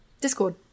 Discord